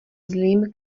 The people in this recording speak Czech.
zlým